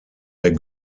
der